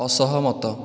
ଅସହମତ